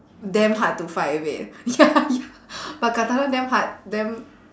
damn hard to fight with it ya ya but katana damn hard damn